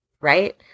right